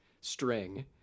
string